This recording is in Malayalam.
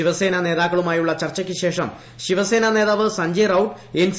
ശിവസേന നേതാക്ക്ളുമായുള്ള ചർച്ചയ്ക്ക് ശേഷം ശിവസേന നേതാവ് സഞ്ജയ് റൌട്ട് എൻസി